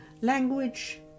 language